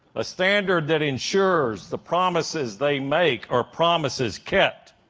a standard that ensures the promises they make are promises kept.